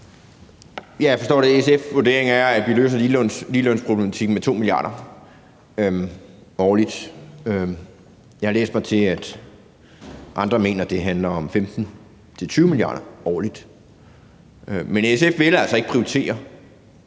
Jeg forstår, at SF's vurdering er, at vi løser ligelønsproblematikken med 2 mia. kr. årligt. Jeg har læst mig til, at andre mener, at det handler om 15-20 mia. kr. årligt. Men SF vil altså ikke, ønsker